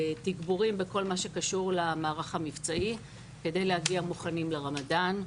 לתגבורים בכל מה שקשור למערך המבצעי כדי להגיע מוכנים לרמדאן.